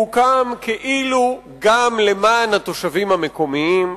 והוא הוקם כאילו גם למען התושבים המקומיים,